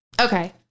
Okay